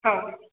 हा